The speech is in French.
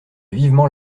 vivement